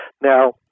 Now